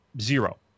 zero